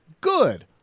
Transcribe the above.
Good